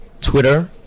Twitter